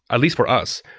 at least for us,